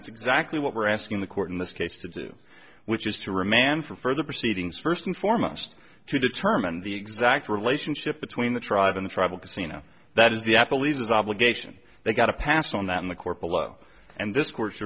that's exactly what we're asking the court in this case to do which is to remand for further proceedings first and foremost to determine the exact relationship between the tribe in the tribal casino that is the apple leases obligation they've got to pass on that in the court below and this cour